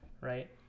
right